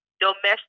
domestic